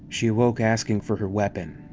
she awoke asking for her weapon.